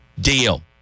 deal